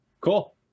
Cool